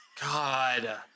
God